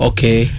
Okay